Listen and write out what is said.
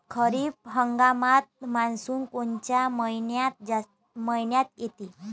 खरीप हंगामात मान्सून कोनच्या मइन्यात येते?